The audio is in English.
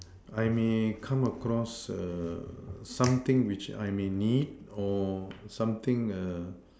I may come across something which I may need or something